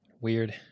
Weird